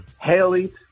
Haley